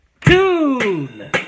tune